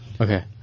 Okay